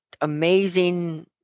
amazing